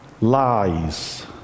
lies